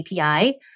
API